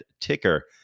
ticker